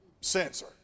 censor